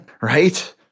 Right